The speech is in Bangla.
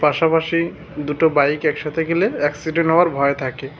পাশাপাশি দুটো বাইক একসাথে গেলে অ্যাক্সিডেন্ট হওয়ার ভয় থাকে